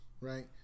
right